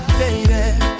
baby